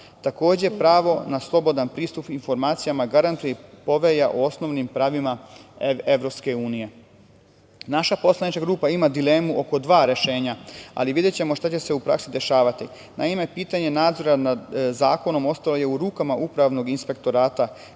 Takođe, pravo na slobodan pristup informacijama garantuje Povelja o osnovnim pravima EU.Naša poslanička grupa ima dilemu oko dva rešenja, ali videćemo šta će se u praksi dešavati. Naime, pitanje nadzorna nad zakonom ostalo je u rukama upravnog inspektorata koji